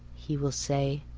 he will say,